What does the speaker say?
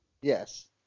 yes